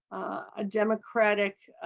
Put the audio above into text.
a democratic,